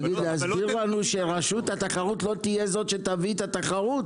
להסביר לנו שרשות התחרות לא תהיה זאת שתביא את התחרות?